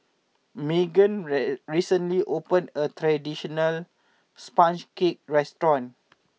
Meghan Rae recently opened a new traditional Sponge Cake restaurant